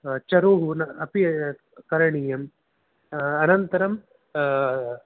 चरुः अपि करणीयम् अनन्तरं